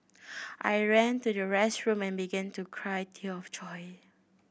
I ran to the restroom and began to cry tear of joy